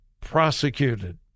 prosecuted